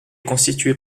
constitué